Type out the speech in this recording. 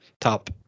top